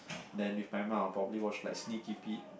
then with mum I probably watch like Sneaky Pete